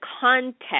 context